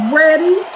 ready